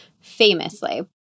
famously